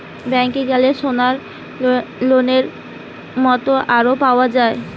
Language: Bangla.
ব্যাংকে গ্যালে সোনার লোনের মত আরো পাওয়া যায়